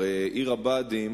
הרי עיר הבה"דים